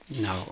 No